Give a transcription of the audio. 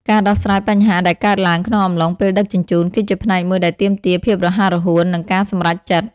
ការដោះស្រាយបញ្ហាដែលកើតឡើងក្នុងអំឡុងពេលដឹកជញ្ជូន គឺជាផ្នែកមួយដែលទាមទារភាពរហ័សរហួន និងការសម្រេចចិត្ត។